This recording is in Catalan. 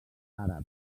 àrabs